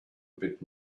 bit